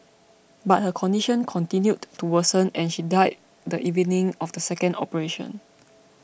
but her condition continued to worsen and she died the evening of the second operation